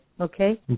Okay